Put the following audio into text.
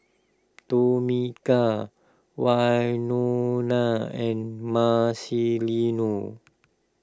Tomika Wynona and Marcelino